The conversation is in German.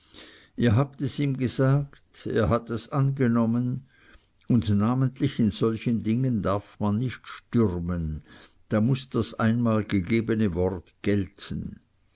ihr habt es ihm gesagt er hat es angenommen und namentlich in solchen dingen darf man nicht stürmen da muß das einmal gegebene wort gelten